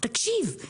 תקשיב,